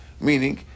Meaning